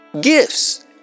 Gifts